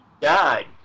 died